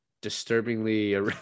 disturbingly